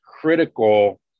critical